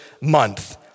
month